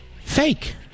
Fake